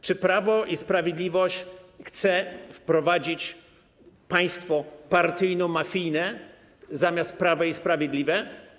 Czy Prawo i Sprawiedliwość chce wprowadzić państwo partyjno-mafijne zamiast prawego i sprawiedliwego?